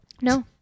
No